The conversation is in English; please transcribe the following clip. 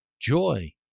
joy